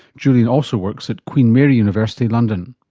julian also works at queen mary university london.